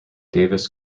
davis